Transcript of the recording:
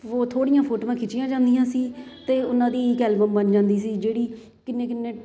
ਉਹ ਥੋੜ੍ਹੀਆਂ ਫੋਟੋਆਂ ਖਿੱਚੀਆਂ ਜਾਂਦੀਆਂ ਸੀ ਅਤੇ ਉਹਨਾਂ ਦੀ ਇਕ ਐਲਬਮ ਬਣ ਜਾਂਦੀ ਸੀ ਜਿਹੜੀ ਕਿੰਨੇ ਕਿੰਨੇ